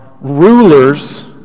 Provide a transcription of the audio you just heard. rulers